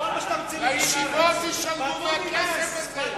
לישיבות תשלמו מהכסף הזה.